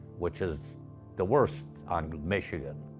which is the worst on michigan.